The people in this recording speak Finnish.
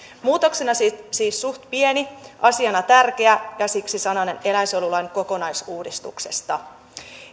muutoksena siis siis suht pieni asiana tärkeä ja siksi sananen eläinsuojelulain kokonaisuudistuksesta